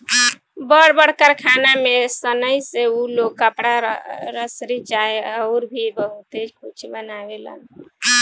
बड़ बड़ कारखाना में सनइ से उ लोग कपड़ा, रसरी चाहे अउर भी बहुते कुछ बनावेलन